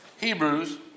Hebrews